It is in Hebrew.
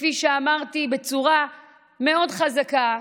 כפי שאמרתי, בצורה מאוד חזקה,